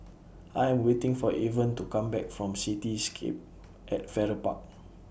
I Am waiting For Evan to Come Back from Cityscape At Farrer Park